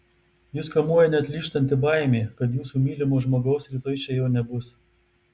jus kamuoja neatlyžtanti baimė kad jūsų mylimo žmogaus rytoj čia jau nebus